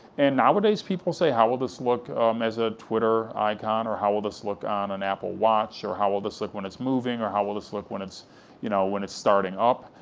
and nowadays, people say, who will this look um as a twitter icon, or how will this look on an apple watch, or how will this look when it's moving, or how will this look when it's you know when it's starting up,